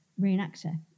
reenactor